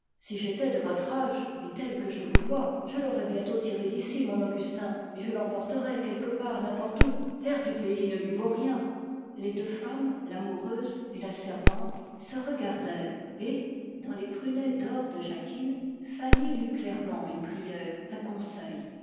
si j'étais de votre âge et telle que je vous vois je l'aurais bientôt tiré d'ici mon augustin et je l'emporterais quelque part n'importe où l'air du pays ne lui vaut rien les deux femmes l'amoureuse et la servante se regardèrent et dans les prunelles d'or de jacquine fanny lut clairement un conseil